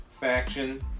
faction